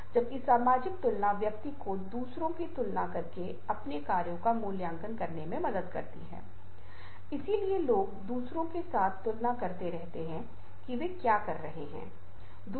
तो आप देखते हैं कि मैंने आपको बताया है कि ग्रंथों के रूप में चित्र क्षमा करें ग्रंथों के रूप में चित्र हमारे जीवन का एक बहुत महत्वपूर्ण घटक है और यहां उदाहरण हैं कि यह कैसे होता है